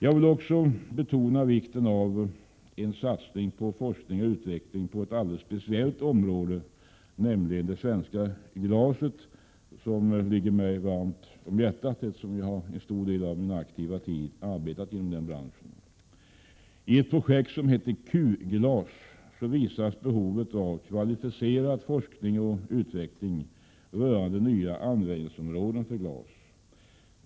Jag vill avslutningsvis också betona vikten av en satsning på forskning och utveckling på ett alldeles speciellt område, nämligen det svenska glaset, som ligger mig varmt om hjärtat eftersom jag under en stor del av min aktiva tid har arbetat inom denna bransch. I ett projekt som heter Q GLAS visas behovet av kvalificerad forskning och utveckling rörande nya användningsområden för glas.